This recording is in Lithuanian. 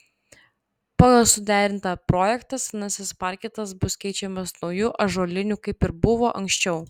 pagal suderintą projektą senasis parketas bus keičiamas nauju ąžuoliniu kaip ir buvo anksčiau